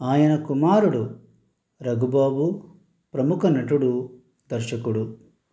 ఆయన కుమారుడు రఘుబాబు ప్రముఖ నటుడు దర్శకుడు